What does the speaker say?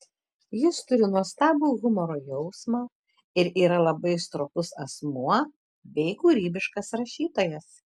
jis turi nuostabų humoro jausmą ir yra labai stropus asmuo bei kūrybiškas rašytojas